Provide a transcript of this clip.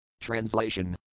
Translation